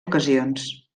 ocasions